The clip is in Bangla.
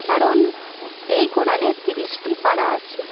কারণ এই কোরানে তিরিশটি পারা আছে